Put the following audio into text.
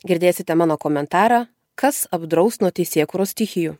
girdėsite mano komentarą kas apdraus nuo teisėkūros stichijų